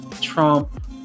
Trump